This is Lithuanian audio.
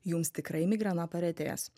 jums tikrai migrena paretės